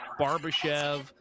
Barbashev